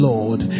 Lord